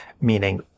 meaning